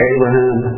Abraham